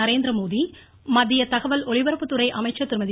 நரேந்திர மோடி தகவல் ஒலிபரப்புத்துறை அமைச்சர் திருமதி